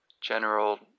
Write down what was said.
general